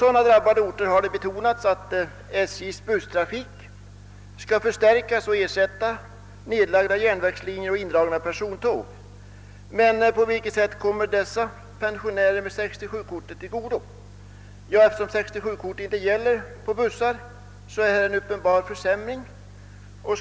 På ifrågavarande orter har det betonats att SJ:s busstrafik skall förstärkas och ersätta nedlagda järnvägslinjer och indragna persontåg, men detta kommer inte pensionärer med 67-kort till godo.